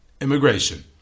Immigration